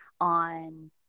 on